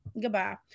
goodbye